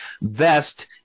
vest